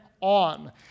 on